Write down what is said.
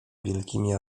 wielkimi